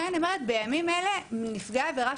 לכן אני אומרת שבימים אלה נפגע עבירה